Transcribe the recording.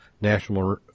National